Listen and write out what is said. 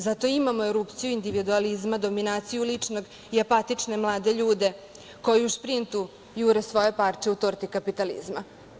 Zato imamo erupciju individualizma, dominaciju ličnog i apatične mlade ljude koji u sprintu jure svoje parče u torti kapitalizma.